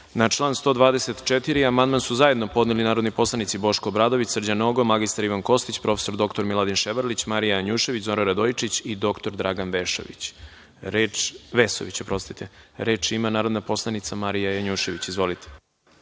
član 124. amandman su zajedno podneli narodni poslanici Boško Obradović, Srđan Nogo, mr Ivan Kostić, prof. dr Miladin Ševarlić, Marija Janjušević, Zoran Radojičić i dr Dragan Vesović. Reč ima narodna poslanica Marija Janjušević. **Marija